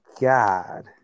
God